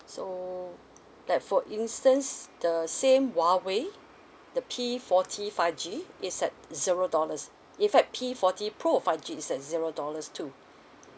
so like for instance the same Huawei the P forty five G is at zero dollars in fact p forty pro five G is at zero dollars too